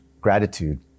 gratitude